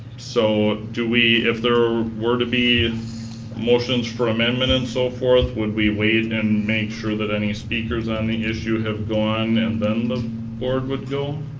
so, do we if there were to be motions for amendment and so forth, would we wait and make sure that any speakers on the issue have gone, and then the board would go?